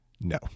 No